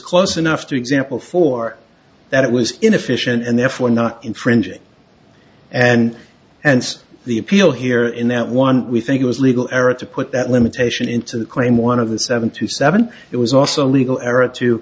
close enough to example for that it was inefficient and therefore not infringing and and the appeal here in that one we think it was legal era to put that limitation into the claim one of the seven to seven it was also legal era to